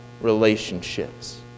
relationships